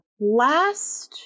last